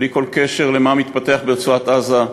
בלי כל קשר למה שמתפתח ברצועת-עזה,